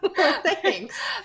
thanks